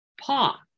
paw